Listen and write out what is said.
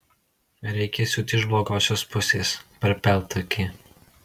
reikia siūti iš blogosios pusės per peltakį